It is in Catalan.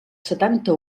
setanta